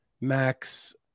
max